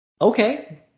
Okay